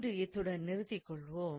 இன்று இத்துடன் நிறுத்திக் கொள்வோம்